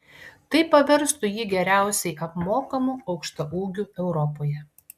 tai paverstų jį geriausiai apmokamu aukštaūgiu europoje